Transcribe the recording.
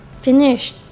finished